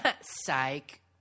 Psych